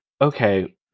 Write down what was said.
okay